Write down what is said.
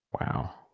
Wow